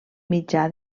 mitjà